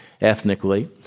ethnically